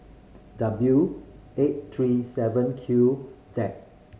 W eight three seven Q Z